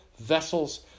vessels